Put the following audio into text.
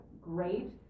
great